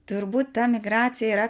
turbūt ta migracija yra